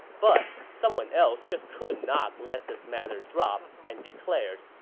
but someone else just could not let this matter drop and declared,